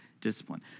discipline